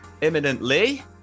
imminently